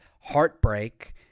Heartbreak